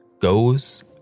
goes